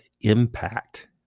impact